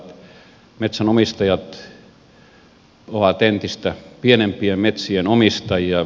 metsänomistajat ovat entistä pienempien metsien omistajia